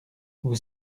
vous